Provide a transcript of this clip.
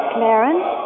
Clarence